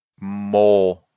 more